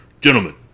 Gentlemen